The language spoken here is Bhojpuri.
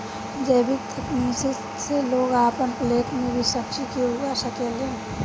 जैविक तकनीक से लोग आपन फ्लैट में भी सब्जी के उगा सकेलन